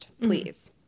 please